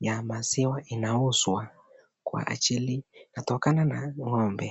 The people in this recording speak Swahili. ya maziwa inauzwa kwa ajili inatokana na ng'ombe.